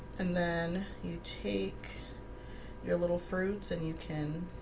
and then you take your little fruits and you can